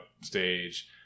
stage